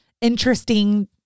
interesting